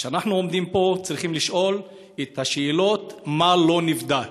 כשאנחנו עומדים פה אנחנו צריכים לשאול את השאלות מה לא נבדק: